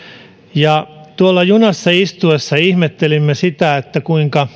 tuolla junassa istuessa ihmettelimme sitä kuinka